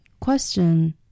Question